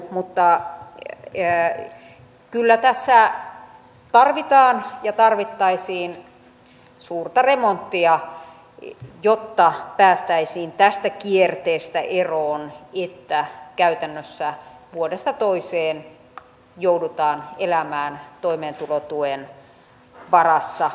mutta kyllä tässä tarvitaan ja tarvittaisiin suurta remonttia jotta päästäisiin tästä kierteestä eroon siitä että käytännössä vuodesta toiseen joudutaan elämään toimeentulotuen varassa